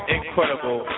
Incredible